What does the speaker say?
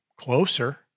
closer